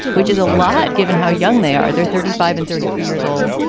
which is a lot given how young they are. they're thirty five and thirty three years old.